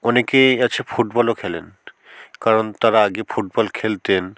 অনেকেই আছে ফুটবলও খেলেন কারণ তারা আগে ফুটবল খেলতেন